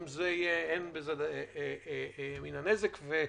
אם אין בזה מין הנזק,